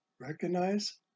recognize